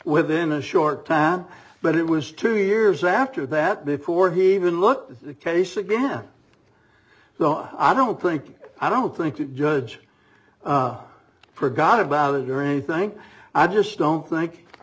within a short time but it was two years after that before he even looked the case again well i don't think i don't think the judge forgot about it during thing i just don't think